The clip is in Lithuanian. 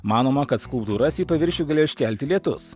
manoma kad skulptūras į paviršių galėjo iškelti lietus